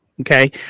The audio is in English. Okay